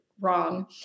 wrong